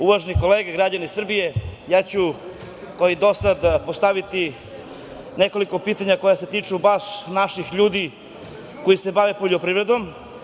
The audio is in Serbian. Uvažene kolege, građani Srbije, ja ću kao i do sada postaviti nekoliko pitanja koja se tiču baš naših ljudi koji se bave poljoprivredom.